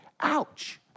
ouch